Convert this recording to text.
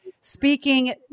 Speaking